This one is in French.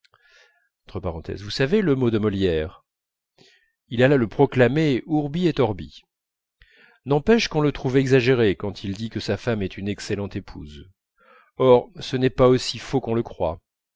il allât le proclamer urbi et orbi n'empêche qu'on le trouve exagéré quand il dit que sa femme est une excellente épouse or ce n'est pas aussi faux qu'on le croit